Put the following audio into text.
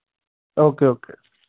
okay okay